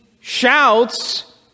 shouts